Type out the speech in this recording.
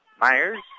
Myers